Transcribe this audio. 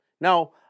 Now